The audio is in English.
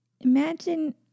Imagine